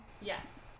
yes